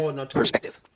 Perspective